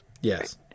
Yes